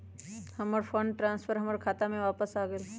हमर fund transfer हमर खाता में वापस आ गेल